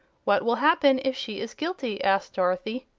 what will happen if she is guilty? asked dorothy.